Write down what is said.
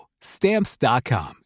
Stamps.com